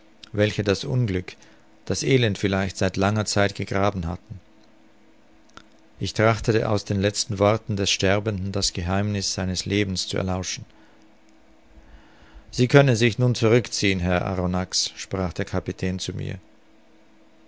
welche das unglück das elend vielleicht seit langer zeit gegraben hatten ich trachtete aus den letzten worten des sterbenden das geheimniß seines lebens zu erlauschen sie können sich nun zurück ziehen herr arronax sprach der kapitän zu mir